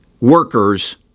workers